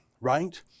right